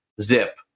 Zip